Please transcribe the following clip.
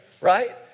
right